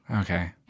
Okay